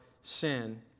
sin